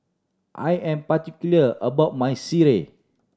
I am particular about my sireh